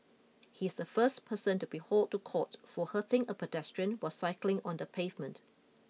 he is the first person to be hauled to court for hurting a pedestrian while cycling on the pavement